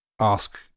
ask